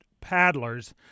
paddlers